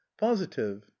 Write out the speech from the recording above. positive